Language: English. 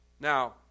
Now